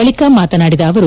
ಬಳಕ ಮಾತನಾಡಿದ ಅವರು